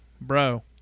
bro